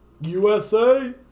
USA